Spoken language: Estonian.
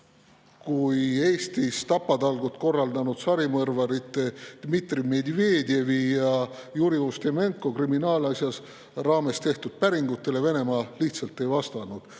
2002 Eestis tapatalgud korraldanud sarimõrvarite Dmitri Medvedevi ja Juri Ustimenko kriminaalasja raames tehtud päringutele Venemaa lihtsalt ei vastanud.